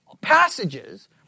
passages